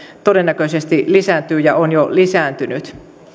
todennäköisesti lisääntyy ja on jo lisääntynyt